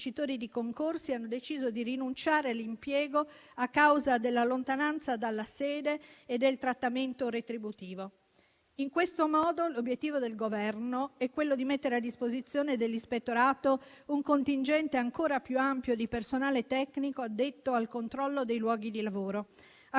di concorsi hanno deciso di rinunciare all'impiego a causa della lontananza dalla sede e del trattamento retributivo. In questo modo, l'obiettivo del Governo è mettere a disposizione dell'Ispettorato un contingente ancora più ampio di personale tecnico addetto al controllo dei luoghi di lavoro. A